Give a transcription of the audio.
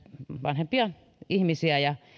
vanhempia ihmisiä ja